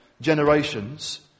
generations